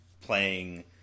playing